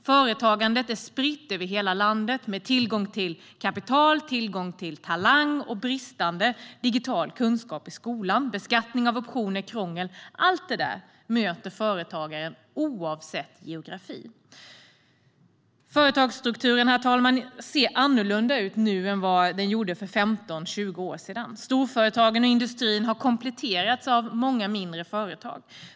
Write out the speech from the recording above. Företagandet är spritt över hela landet, liksom tillgången till kapital och talang, och bristande digital kunskap i skolan, beskattning av optioner, krångel - allt det där - möter företagare oavsett geografiskt läge. Företagsstrukturen, herr talman, ser annorlunda ut nu än vad den gjorde för 15-20 år sedan. Storföretagen och industrin har kompletterats av många mindre företag.